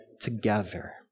together